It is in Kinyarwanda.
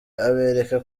abereka